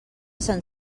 sant